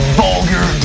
vulgar